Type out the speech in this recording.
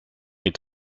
est